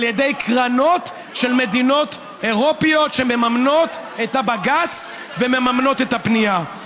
על ידי קרנות של מדינות אירופיות שמממנות את הבג"ץ ומממנות את הפנייה.